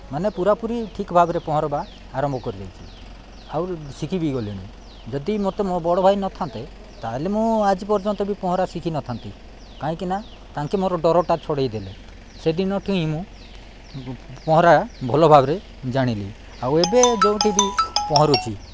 ମାନେ ପୁରାପୁରି ଠିକ୍ ଭାବରେ ପହଁରିବା ଆରମ୍ଭ କରିଦେଇଛି ଆଉ ଶିଖିବି ଗଲିଣିି ଯଦି ମୋତେ ମୋ ବଡ଼ ଭାଇ ନଥାନ୍ତେ ତା'ହେଲେ ମୁଁ ଆଜି ପର୍ଯ୍ୟନ୍ତ ବି ପହଁରା ଶିଖିନଥାନ୍ତି କାହିଁକିନା ତାଙ୍କେ ମୋର ଡରଟା ଛଡ଼େଇଦେଲେ ସେଦିନଠୁ ମୁଁ ପହଁରା ଭଲ ଭାବରେ ଜାଣିଲି ଆଉ ଏବେ ଯୋଉଠି ବି ପହଁରୁଛିି